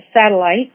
satellite